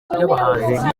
by’abahanzi